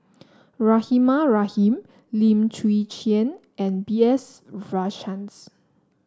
Rahimah Rahim Lim Chwee Chian and B S Rajhans